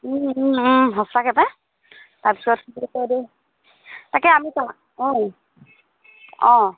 সঁচাকৈ পায় তাৰপিছত তাকে আমি অঁ